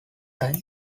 time